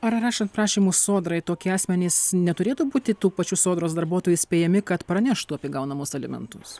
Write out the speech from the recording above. ar rašant prašymus sodrai tokie asmenys neturėtų būti tų pačių sodros darbuotojų įspėjami kad praneštų apie gaunamus alimentus